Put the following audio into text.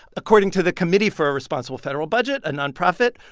according to the committee for a responsible federal budget, a nonprofit,